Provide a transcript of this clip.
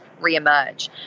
reemerge